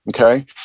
okay